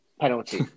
penalty